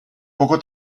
poco